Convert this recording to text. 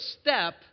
step